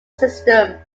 system